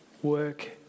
work